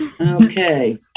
okay